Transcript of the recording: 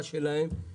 כן, כן.